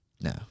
No